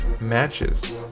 matches